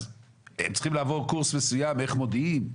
אז הם צריכים לעבור קורס מסוים של איך מודיעים?